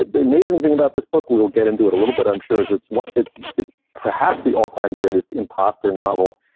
the amazing thing about this book, we'll get into it a little bit, i'm sure, is it's what it's it's perhaps the all time greatest imposter novel.